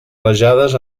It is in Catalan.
rajades